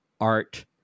art